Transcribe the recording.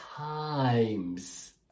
Times